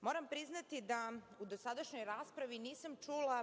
Moram priznati da u dosadašnjoj raspravi nisam čula